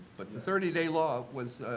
but the thirty day law was,